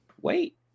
wait